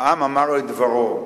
העם שאמר את דברו.